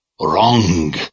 wrong